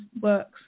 works